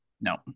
No